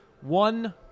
One